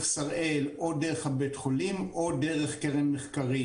שראל או דרך בית החולים או דרך קרן מחקרים.